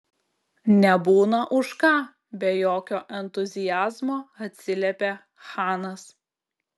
nebūna už ką be jokio entuziazmo atsiliepė chanas